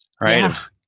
right